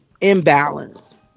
imbalance